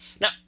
Now